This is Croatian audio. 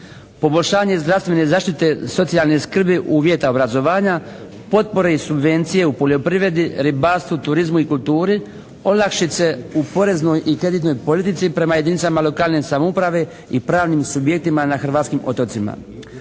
Poboljšanje zdravstvene zaštite, socijalne skrbi, uvjeta obrazovanja, potpore i subvencije u poljoprivredi, ribarstvu, turizmu i kulturi olakšice u poreznoj i kreditnoj politici prema jedinicama lokalne samouprave i pravnim subjektima na hrvatskim otocima.